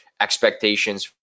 expectations